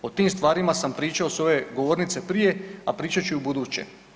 O tim stvarima sam pričao s ove govornice prije, a pričat ću i ubuduće.